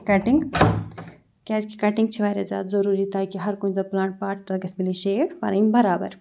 cutting کیٛازِکہِ cutting چھِ واریاہ زیادٕ ضٔروٗری تاکہِ ہَرکُنہِ یُس زَن پٕلانٛٹ چھِ تَتھ گژھِ پَنٕنۍ شیڈ پَنٕںۍ برابر